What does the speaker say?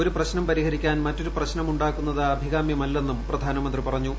ഒരു പ്രശ്നം പരിഹരിക്കാൻ മറ്റൊരു പ്രശ്നമുണ്ടാക്കുന്നത് അഭികാമ്യമല്ലെന്നും പ്രധാനമന്ത്രി പറഞ്ഞു